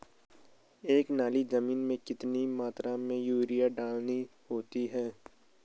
एक नाली जमीन में कितनी मात्रा में यूरिया डालना होता है?